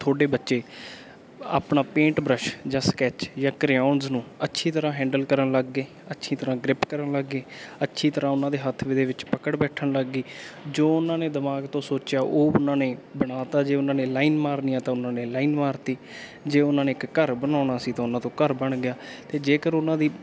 ਤੁਹਾਡੇ ਬੱਚੇ ਆਪਣਾ ਪੇਂਟ ਬਰਸ਼ ਜਾਂ ਸਕੈਚ ਜਾਂ ਕਰਿਓਨ ਨੂੰ ਅੱਛੀ ਤਰ੍ਹਾਂ ਹੈਂਡਲ ਕਰਨ ਲੱਗ ਗਏ ਅੱਛੀ ਤਰ੍ਹਾਂ ਗਰਿਪ ਕਰਨ ਲੱਗ ਗਏ ਅੱਛੀ ਤਰ੍ਹਾਂ ਉਹਨਾਂ ਦੇ ਹੱਥ ਵੀ ਦੇ ਵਿੱਚ ਪਕੜ ਬੈਠਣ ਲੱਗ ਗਈ ਜੋ ਉਹਨਾਂ ਨੇ ਦਿਮਾਗ ਤੋਂ ਸੋਚਿਆ ਉਹ ਉਹਨਾਂ ਨੇ ਬਣਾਤਾ ਜੇ ਉਹਨਾਂ ਨੇ ਲਾਈਨ ਮਾਰਨੀ ਆ ਤਾਂ ਉਹਨਾਂ ਨੇ ਲਾਈਨ ਮਾਰਤੀ ਜੇ ਉਹਨਾਂ ਨੇ ਇੱਕ ਘਰ ਬਣਾਉਣਾ ਸੀ ਤਾਂ ਉਹਨਾਂ ਤੋਂ ਘਰ ਬਣ ਗਿਆ ਅਤੇ ਜੇਕਰ ਉਹਨਾਂ ਦੀ